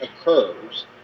occurs